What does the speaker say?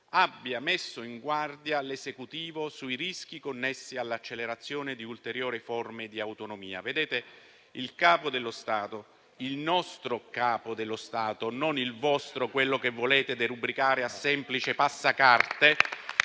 abbia messo in guardia l'Esecutivo sui rischi connessi all'accelerazione di ulteriori forme di autonomia. Il Capo dello Stato, il nostro Capo dello Stato, non il vostro, quello che volete derubricare a semplice passacarte